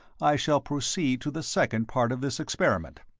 i shall proceed to the second part of this experiment.